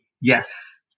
yes